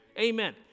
Amen